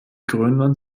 grönland